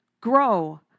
Grow